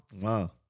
Wow